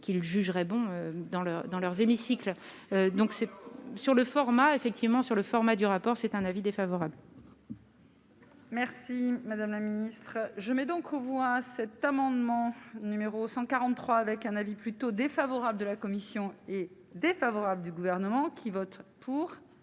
c'est sur le format effectivement sur le format du rapport, c'est un avis défavorable. Merci madame la ministre, je mets donc aux voix cet amendement numéro 143 avec un avis plutôt défavorable de la commission est défavorable du gouvernement qui vote pour.